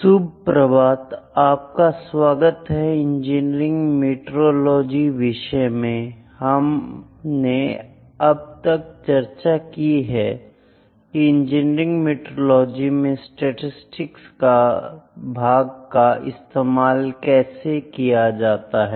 सुप्रभात आपका स्वागत है इंजीनियरिंग मीटरोलॉजी विषय में हमने अब तक चर्चा की है की इंजीनियरिंग मीटरोलॉजी में स्टैटिस्टिक्स भाग का इस्तेमाल कैसे किया जाता है